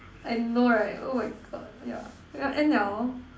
I know right oh my God yeah yeah end Liao lor